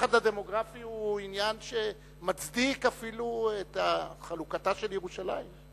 הפחד הדמוגרפי הוא עניין שמצדיק אפילו את חלוקתה של ירושלים.